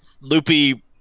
loopy